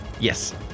Yes